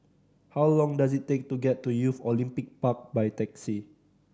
how long does it take to get to Youth Olympic Park by taxi